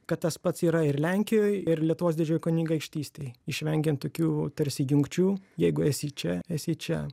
kad tas pats yra ir lenkijoj ir lietuvos didžiojoj kunigaikštystėj išvengiant tokių tarsi jungčių jeigu esi čia esi čia